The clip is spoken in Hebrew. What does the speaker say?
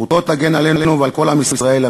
זכותו תגן עלינו ועל כל ישראל.